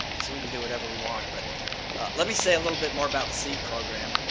so we can do whatever we want. but let me say a little bit more about the seed program.